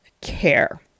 care